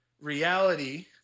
reality